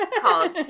called